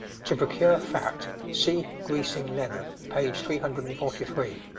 to procure fat, see greasing leather, p. three hundred and forty three.